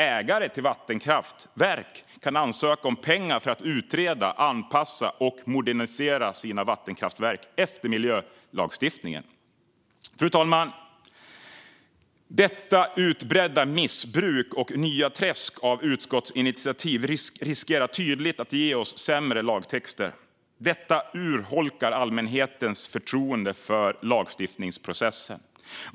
Ägare till vattenkraftverk kan ansöka om pengar för att utreda, anpassa och modernisera sina vattenkraftverk i enlighet med miljölagstiftningen. Fru talman! Det utbredda missbruket och det nya träsket av utskottsinitiativ riskerar tydligt att ge oss sämre lagtexter. Detta urholkar allmänhetens förtroende för lagstiftningsprocessen.